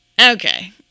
Okay